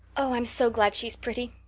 oh, i'm so glad she's pretty.